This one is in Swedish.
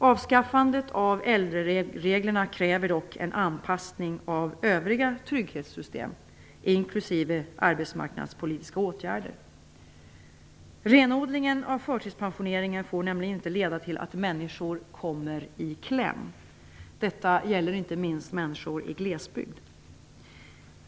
Avskaffandet av äldrereglerna kräver dock en anpassning av övriga trygghetssystem inklusive arbetsmarknadspolitiska åtgärder. Renodlingen av förtidspensioneringen får nämligen inte leda till att människor kommer i kläm. Detta gäller inte minst människor i glesbygd.